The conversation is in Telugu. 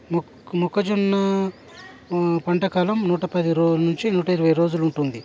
మోక్ మొక్క జొన్న పంట కాలం నూట పది రోజుల నుంచి నూట ఇరవై రోజులు ఉంటుంది